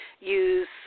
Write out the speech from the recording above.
use